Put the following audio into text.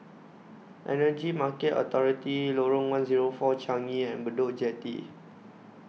Energy Market Authority Lorong one Zero four Changi and Bedok Jetty